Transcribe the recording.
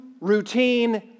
routine